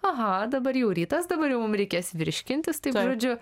aha dabar jau rytas dabar jau mum reikės virškintis taip žodžiu